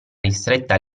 ristretta